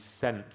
sent